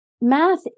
math